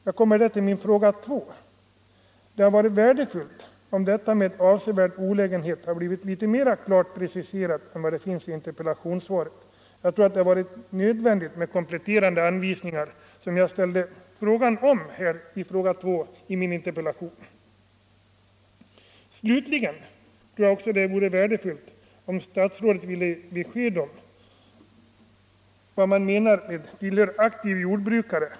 Jag kommer där till fråga 2. Det hade varit värdefullt om begreppet ”avsevärd olägenhet” hade blivit litet klarare preciserat än det blev i interpellationssvaret. Jag tror att det skulle vara nödvändigt med de kompletterande anvisningar som jag berörde i fråga 2 i min interpellation. Jag tror även att det vore värdefullt om statsrådet ville ge besked om vad som menas med ”tillhör aktiv jordbrukare”.